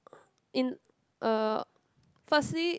in uh firstly